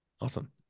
Awesome